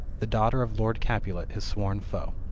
the daughter of lord capulet, his sworn foe.